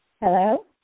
Hello